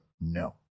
no